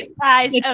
Guys